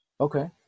okay